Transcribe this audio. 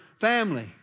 family